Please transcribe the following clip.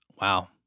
Wow